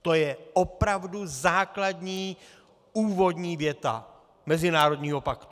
To je opravdu základní úvodní věta mezinárodního paktu.